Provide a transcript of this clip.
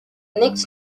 next